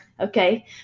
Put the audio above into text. okay